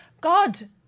God